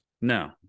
No